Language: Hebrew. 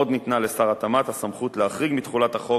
עוד ניתנה לשר התמ"ת הסמכות להחריג מתחולת החוק